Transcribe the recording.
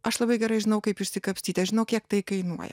aš labai gerai žinau kaip išsikapstyti aš žinau kiek tai kainuoja